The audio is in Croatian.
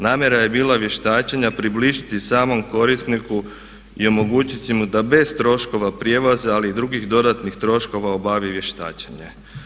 Namjera je bila vještačenja približiti samom korisniku i omogućiti mu da bez troškova prijevoza ali i drugih dodatnih troškova obavi vještačenje.